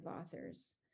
authors